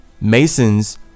Masons